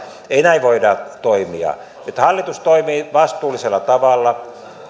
ei näin voida toimia nyt hallitus toimii vastuullisella tavalla